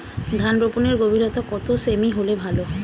ধান রোপনের গভীরতা কত সেমি হলে ভালো?